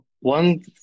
one